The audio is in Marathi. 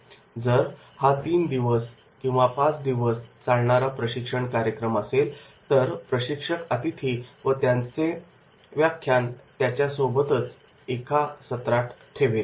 जर हा तीन दिवस पाच दिवस चालणारा प्रशिक्षण कार्यक्रम असेल तर प्रशिक्षक अतिथी व त्याचे व्याख्यान त्याच्यासोबतच एका सत्रात ठेवेल